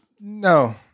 No